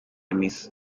miss